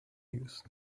use